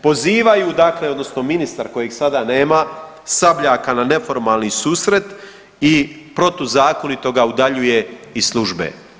Pozivaju dakle odnosno ministar kojeg sada nema Sabljaka na neformalni susret i protuzakonito ga udaljuje iz službe.